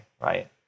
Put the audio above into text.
right